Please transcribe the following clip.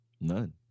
None